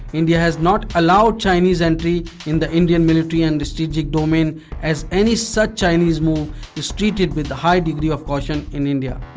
india has not allowed chinese entry in the indian military and strategic domain as any such chinese move is treated with high degree of caution in india.